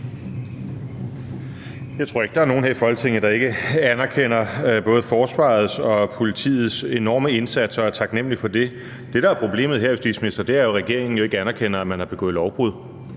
Jeg tror ikke, der er nogen her i Folketinget, der ikke anerkender både forsvarets og politiets enorme indsatser og er taknemlige for det. Det, der er problemet her, justitsminister, er jo, at regeringen ikke anerkender, at man har begået lovbrud.